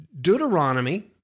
Deuteronomy